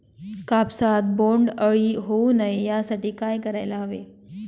कापसात बोंडअळी होऊ नये यासाठी काय करायला हवे?